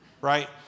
Right